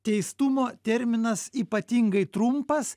teistumo terminas ypatingai trumpas